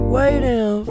waiting